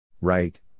Right